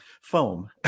foam